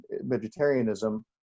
vegetarianism